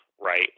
right